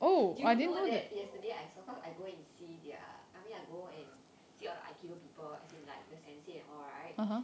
do you know that yesterday I saw one I go and see there I mean I go and see all the aikido people as in like the all right